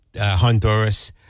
Honduras